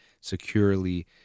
securely